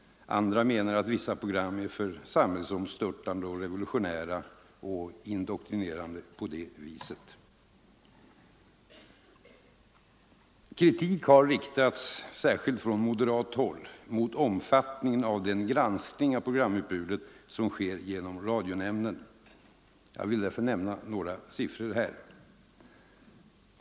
Andra menar att vissa program är för samhällsomstörtande och revolutionära och indoktrinerande på det viset. Kritik har riktats — särskilt från moderat håll — mot omfattningen av den granskning av programutbudet som sker genom radionämnden. Jag vill därför här nämna några siffror.